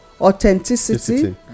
authenticity